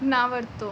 ਨਾ ਵਰਤੋਂ